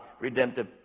redemptive